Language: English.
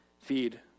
feed